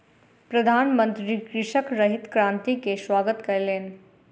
प्रधानमंत्री कृषकक हरित क्रांति के स्वागत कयलैन